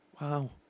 Wow